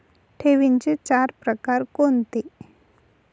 ठेवींचे चार प्रकार कोणते?